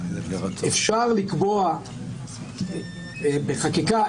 אפשר לקבוע בחקיקה,